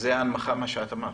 זו הנמכה, מה שאת אמרת?